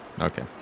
Okay